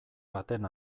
baten